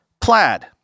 Plaid